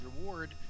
reward